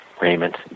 Raymond